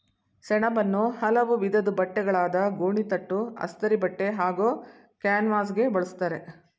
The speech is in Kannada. ಸೆಣಬನ್ನು ಹಲವು ವಿಧದ್ ಬಟ್ಟೆಗಳಾದ ಗೋಣಿತಟ್ಟು ಅಸ್ತರಿಬಟ್ಟೆ ಹಾಗೂ ಕ್ಯಾನ್ವಾಸ್ಗೆ ಬಳುಸ್ತರೆ